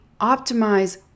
optimize